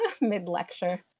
mid-lecture